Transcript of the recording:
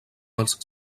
els